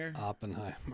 Oppenheimer